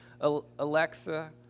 Alexa